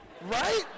Right